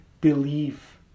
believe